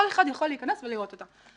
כל אחד יכול להיכנס ולראות אותה.